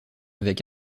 avec